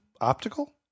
optical